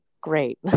great